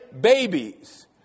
babies